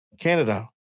Canada